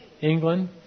England